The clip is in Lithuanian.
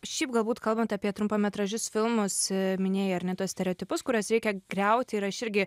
šiaip galbūt kalbant apie trumpametražius filmus minėjai ar ne tuos stereotipus kuriuos reikia griauti ir aš irgi